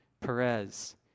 Perez